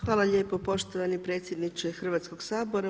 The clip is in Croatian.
Hvala lijepa poštovani predsjedniče Hrvatskoga sabora.